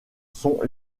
sont